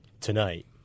tonight